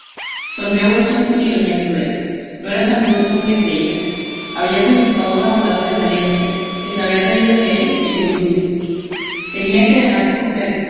estos será sonrió bolsón con ironía cruel no era tan bruto como le creían había consultado a un abogado de valencia que se había reído de él y del indulto tenía que dejarse coger